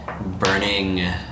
burning